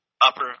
upper